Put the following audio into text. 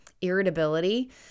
irritability